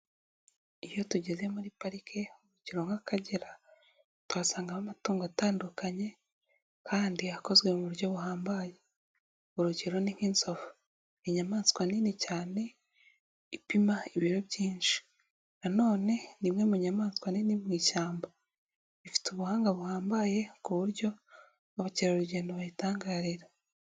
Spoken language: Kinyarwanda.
Iyo tugeze muri parike urugero nk'Akagera tuhasangamo amatungo atandukanye kandi akozwe mu buryo buhambaye, urugero ni nk'inzovu, inyamaswa nini cyane ipima ibiro byinshi, nanone ni imwe mu nyamaswa nini mu ishyamba ifite ubuhanga buhambaye ku buryo abakerarugendo bayitangarira.